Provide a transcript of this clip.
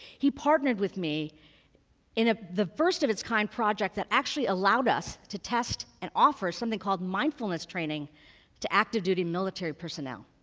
he partnered with me in ah the first of its kind project that actually allowed us to test and offer something called mindfulness training to active duty military personnel.